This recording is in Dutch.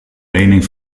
lening